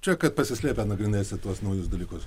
čia kad pasislepę nagrinėsit tuos naujus dalykus